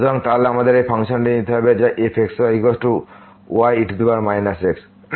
সুতরাং তাহলে আমাদের এই ফাংশনটি নিতে হবে যা fx y ye x